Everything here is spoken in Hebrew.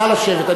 נא לשבת.